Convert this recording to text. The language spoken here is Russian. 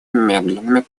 медленными